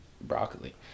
broccoli